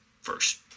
first